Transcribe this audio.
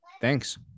Thanks